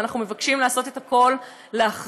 אנחנו מבקשים לעשות את הכול להחזיר.